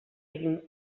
egin